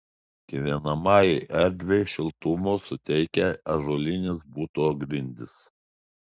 gyvenamajai erdvei šiltumo suteikia ąžuolinės buto grindys